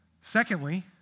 Secondly